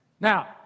Now